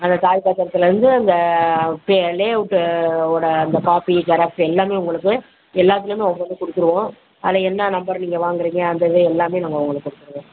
அந்த தாய்ப் பத்திரத்துலேருந்து அந்த பே லேவுட்டுடோடய அந்த காப்பி ஜெராக்ஸ் எல்லாமே உங்களுக்கு எல்லாத்துலேயுமே ஒன்று ஒன்று கொடுத்துருவோம் அதை என்ன நம்பர் நீங்கள் வாங்கிறீங்க அந்த எல்லாமே நாங்கள் உங்களுக்கு கொடுத்துருவோம்